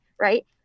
right